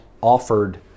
offered